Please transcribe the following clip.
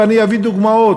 ואני אביא דוגמאות.